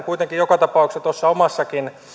kuitenkin joka tapauksessa tuossa omassakin